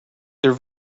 their